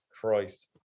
Christ